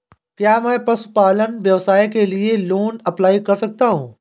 क्या मैं पशुपालन व्यवसाय के लिए लोंन अप्लाई कर सकता हूं?